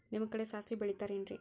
ನಿಮ್ಮ ಕಡೆ ಸಾಸ್ವಿ ಬೆಳಿತಿರೆನ್ರಿ?